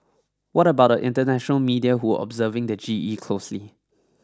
what about the international media who are observing the G E closely